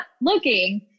looking